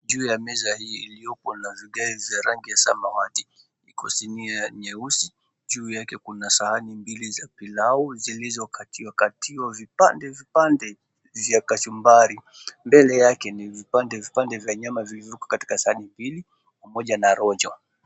Juu ya meza hii iliyo na vigae vya samawati iko sinia nyeusi, juu yake kuna sahani mbili za pilau zilizo katiwakatiwa vipande vipande vya kachumbari. Mbele yake ni vipande vipande vya nyama vilivyoko katika sahani mbili pamoja na rojo.